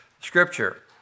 scripture